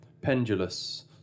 pendulous